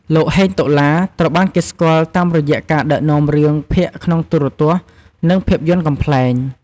លោក ហេង តុលា ត្រូវបានគេស្គាល់តាមរយៈការដឹកនាំរឿងភាគក្នុងទូរទស្សន៍ និងភាពយន្តកំប្លែង។